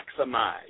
maximize